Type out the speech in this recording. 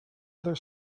other